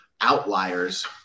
outliers